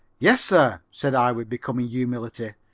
yes, sir, said i with becoming humility.